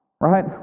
right